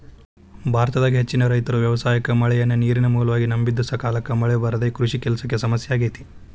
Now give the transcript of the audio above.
ಭಾರತದಾಗ ಹೆಚ್ಚಿನ ರೈತರು ವ್ಯವಸಾಯಕ್ಕ ಮಳೆಯನ್ನ ನೇರಿನ ಮೂಲವಾಗಿ ನಂಬಿದ್ದುಸಕಾಲಕ್ಕ ಮಳೆ ಬರದೇ ಕೃಷಿ ಕೆಲಸಕ್ಕ ಸಮಸ್ಯೆ ಆಗೇತಿ